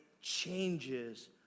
changes